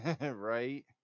Right